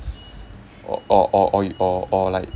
or or or or you or or like